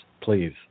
please